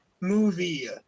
movie